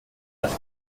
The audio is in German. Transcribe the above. das